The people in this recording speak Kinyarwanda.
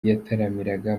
yataramiraga